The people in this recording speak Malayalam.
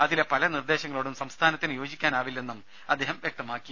അതിലെ പല നിർദേശങ്ങളോടും സംസ്ഥാനത്തിന് യോജിക്കാനാവില്ലെന്നും അദ്ദേഹം വ്യക്തമാക്കി